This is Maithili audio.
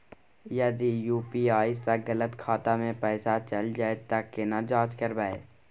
यदि यु.पी.आई स गलत खाता मे पैसा चैल जेतै त केना जाँच करबे?